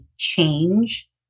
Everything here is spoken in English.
change